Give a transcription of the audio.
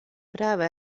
prava